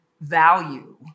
value